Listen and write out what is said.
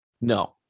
No